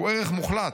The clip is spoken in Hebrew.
הוא ערך מוחלט'.